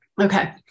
Okay